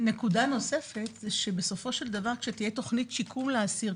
נקודה נוספת זה שבסופו של דבר כשתהיה תכנית שיקום לאסיר,